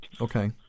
Okay